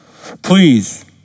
please